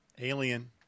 Alien